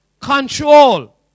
control